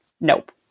nope